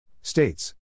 States